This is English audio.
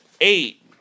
eight